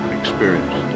experience